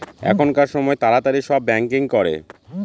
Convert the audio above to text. এখনকার সময় তাড়াতাড়ি সব ব্যাঙ্কিং করে